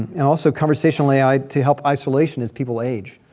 and also conversationally ai, to help isolation as people age.